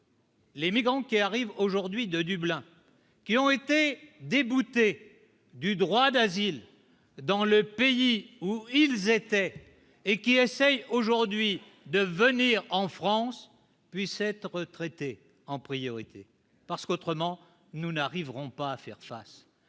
Les migrants qui arrivent aujourd'hui de Dublin, qui ont été déboutés du droit d'asile dans le pays où ils étaient et qui essayent aujourd'hui de venir en France puisse être traités en priorité, parce qu'autrement nous n'arriverons pas à faire face.